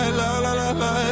la-la-la-la